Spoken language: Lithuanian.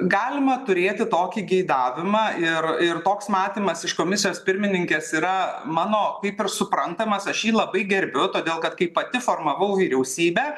galima turėti tokį geidavimą ir ir toks matymas iš komisijos pirmininkės yra mano kaip ir suprantamas aš jį labai gerbiu todėl kad kai pati formavau vyriausybę